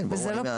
כן, כן, ברור.